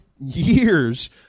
years